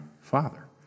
Father